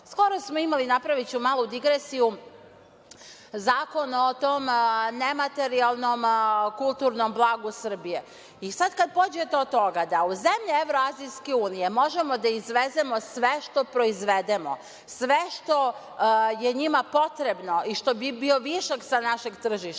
Skoro smo imali Zakon o tom nematerijalnom kulturnom blagu Srbije, i sada kada pođete od toga da u zemlje Evroazijske unije možemo da izvezemo sve što proizvedemo, sve što je njima potrebno i što bi bio višak sa našeg tržišta,